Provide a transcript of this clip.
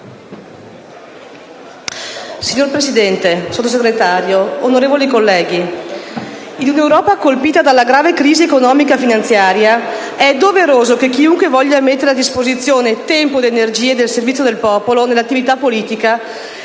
Signor Presidente, signora Vice Ministro, onorevoli colleghi, in un'Europa colpita dalla grave crisi economica e finanziaria, è doveroso che chiunque voglia mettere a disposizione tempo ed energie al servizio del popolo nell'attività politica